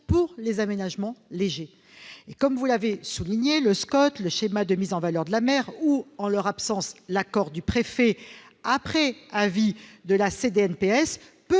pour des aménagements légers. Comme vous l'avez souligné, le SCOT, le schéma de mise en valeur de la mer, ou, en leur absence, l'accord du préfet après avis de la CDNPS,